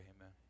amen